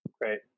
great